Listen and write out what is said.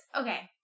okay